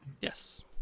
Yes